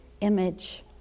image